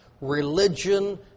religion